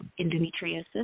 endometriosis